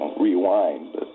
rewind